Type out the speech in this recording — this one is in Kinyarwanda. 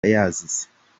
yazize